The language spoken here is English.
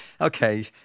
okay